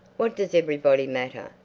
what does everybody matter?